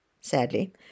Sadly